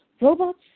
robots